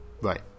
Right